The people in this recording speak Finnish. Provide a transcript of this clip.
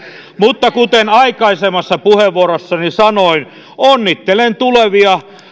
mutta kuten aikaisemmassa puheenvuorossani sanoin onnittelen